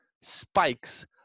spikes